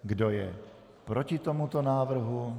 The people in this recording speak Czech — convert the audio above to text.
Kdo je proti tomuto návrhu?